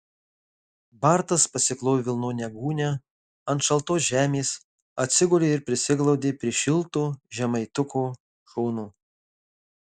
bartas pasiklojo vilnonę gūnią ant šaltos žemės atsigulė ir prisiglaudė prie šilto žemaituko šono